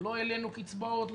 לא העלינו קצבאות.